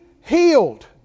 healed